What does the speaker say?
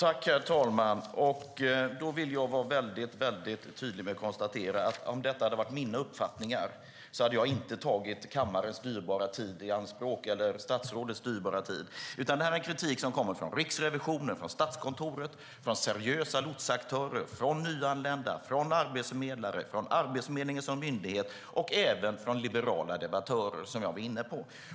Herr talman! Då vill jag vara tydlig och konstatera: Om det hade varit mina uppfattningar hade jag inte tagit kammarens eller statsrådets dyrbara tid i anspråk. Detta är en kritik som kommer för Riksrevisionen, Statskontoret, seriösa lotsaktörer, nyanlända, arbetsförmedlare, Arbetsförmedlingen som myndighet och även liberala debattörer, som jag var inne på.